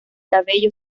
cabello